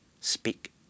speak